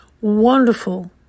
wonderful